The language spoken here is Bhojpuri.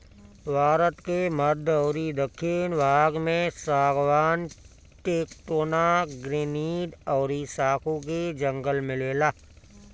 भारत के मध्य अउरी दखिन भाग में सागवान, टेक्टोना, ग्रैनीड अउरी साखू के जंगल मिलेला